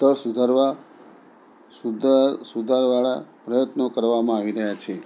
સ્તર સુધારવા સુધર સુધારવાના પ્રયત્નો કરવામાં આવી રહ્યાં છે